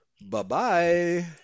Bye-bye